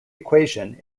equation